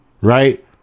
right